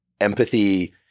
empathy